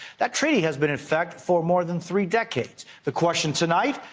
that treaty has been in effect for more than three decades. the question tonight,